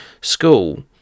school